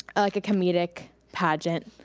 like a comedic pageant.